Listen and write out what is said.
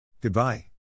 Goodbye